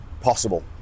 possible